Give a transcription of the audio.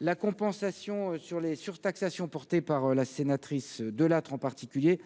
la compensation sur les surtaxation portée par la sénatrice Delattre en particulier,